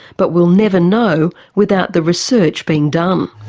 but we'll never know without the research being done.